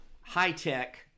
high-tech